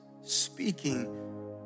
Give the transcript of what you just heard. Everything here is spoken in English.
speaking